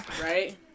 Right